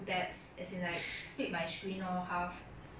no that's you not me